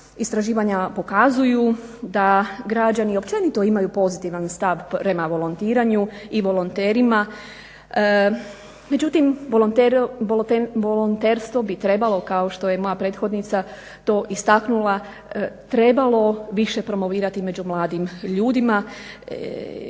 Istraživanja pokazuju da građani općenito imaju pozitivan stav prema volontiraju i volonterima. Međutim volonterstvo bi trebalo kao što je moja prethodnica to istaknula trebalo više promovirati među mladim ljudima